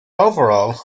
overall